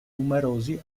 numerosi